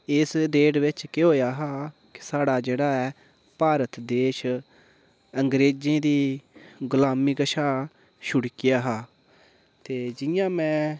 इस डेट बिच्च केह् होएआ हा कि स्हाडा जेह्ड़ा ऐ भारत देश अंग्रेजें दी गुलामी कशा छुड़केआ हा ते जियां मैं